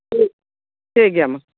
ᱴᱷᱤᱠ ᱜᱮᱭᱟ ᱢᱟ